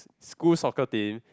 school soccer team